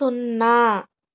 సున్నా